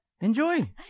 enjoy